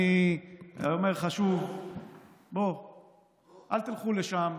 אני אומר לך שוב: אל תלכו לשם.